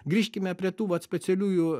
grįžkime prie tų vat specialiųjų